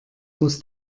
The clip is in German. muss